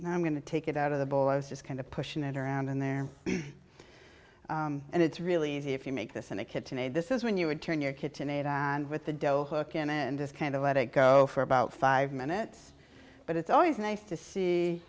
and i'm going to take it out of the bowl i was just kind of pushing it around in there and it's really easy if you make this in a kitchen aid this is when you would turn your kitchen aid and with the dough hook in it and just kind of let it go for about five minutes but it's always nice to see